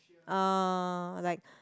um like